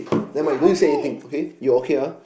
never mind you don't need to say anything okay you okay ah